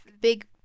big